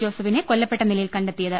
ജോസഫിനെ കൊല്ലപ്പെട്ട നിലയിൽ കണ്ടെത്തിയത്